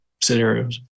scenarios